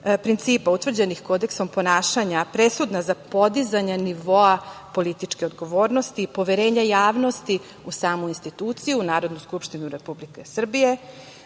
principa utvrđenih kodeksom ponašanja presudna za podizanje nivoa političke odgovornosti i poverenja javnosti u samu instituciju Narodnu skupštinu Republike Srbije,